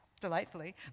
Delightfully